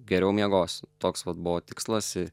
geriau miegosiu toks vat buvo tikslas į